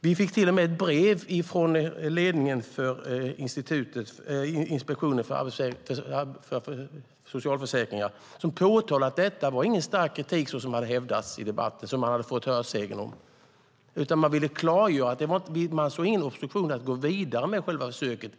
Vi fick ett brev från ledningen för Inspektionen för socialförsäkringen där de påtalade att de inte hade riktat någon stark kritik, som det enligt hörsägen hade hävdats i debatten. De såg i sin kritik ingen obstruktion att gå vidare med försöket.